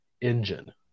engine